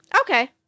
Okay